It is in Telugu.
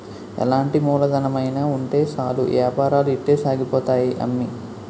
ఎలాంటి మూలధనమైన ఉంటే సాలు ఏపారాలు ఇట్టే సాగిపోతాయి అమ్మి